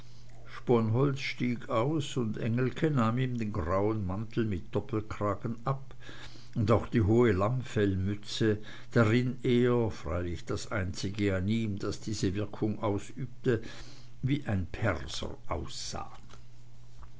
sponholz stieg aus und engelke nahm ihm den grauen mantel mit doppelkragen ab und auch die hohe lammfellmütze darin er freilich das einzige an ihm das diese wirkung ausübte wie ein perser aussah